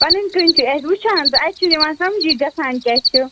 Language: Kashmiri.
پَنٕنۍ کِنۍ چھِ أسۍ وُچھان تہٕ اَسہِ چھُنہٕ یِوان سَمجھٕے گژھان کیٛاہ چھُ